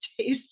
taste